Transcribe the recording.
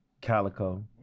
Calico